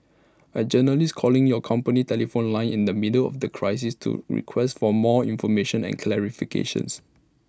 A journalist calling your company telephone line in the middle of A crisis to request for more information and clarifications